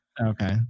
Okay